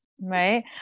Right